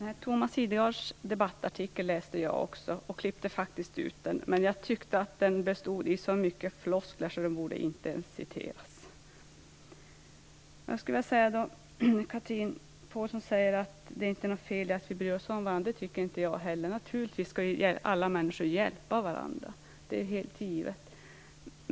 Fru talman! Jag läste också Thomas Idergards debattartikel, och jag klippte faktiskt ut den. Men jag tyckte att den innehöll så många floskler att den inte ens borde citeras. Chatrine Pålsson säger att det inte är något fel att vi bryr oss om varandra. Det tycker inte jag heller. Alla människor skall naturligtvis hjälpa varandra.